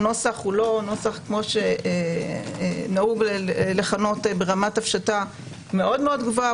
הנוסח לא כפי שנהוג לכנות ברמת הפשטה מאוד גבוהה.